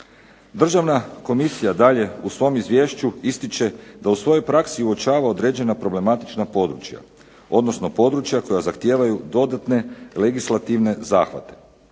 Državna komisija dalje u svom Izvješću ističe da u svojoj praksi uočava određena problematična područja, odnosno područja koja zahtijevaju dodatne legislativne zahvate.